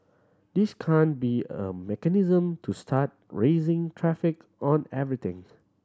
this can't be a mechanism to start raising tariffs on everything